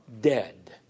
dead